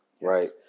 Right